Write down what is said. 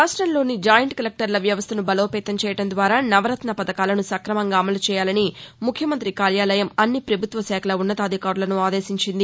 రాష్టంలోని జాయింట్ కలెక్టర్ల వ్యవస్టను బలోపేతం చేయడం ద్వారా నవరత్న పథకాలను స్కకమంగా అమలు చేయాలని ముఖ్యమంత్రి కార్యాలయం అన్ని పభుత్వ శాఖల ఉన్నతాధికారులను ఆదేశించింది